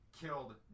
killed